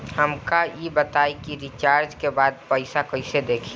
हमका ई बताई कि रिचार्ज के बाद पइसा कईसे देखी?